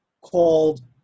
called